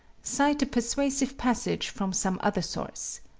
cite a persuasive passage from some other source.